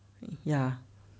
ya